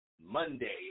Monday